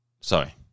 sorry